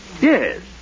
Yes